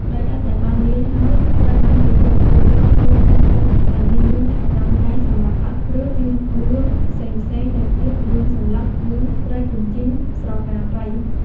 ដីឥដ្ឋដែលបានលាយហើយ ត្រូវបានគេយកទៅច្រកចូលក្នុងពុម្ពដែលមានរាងចតុកោណកែងសម្រាប់ឥដ្ឋ ឬរាងក្បឿងផ្សេងៗ ដូចជាក្បឿងសន្លឹក ក្បឿងត្រីជញ្ជីង "ស្រកាត្រី"។